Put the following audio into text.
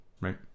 right